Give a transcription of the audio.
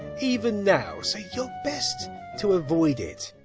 even now. so you are best to avoid it.